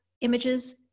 images